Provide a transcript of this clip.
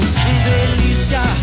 delícia